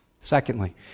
Secondly